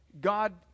God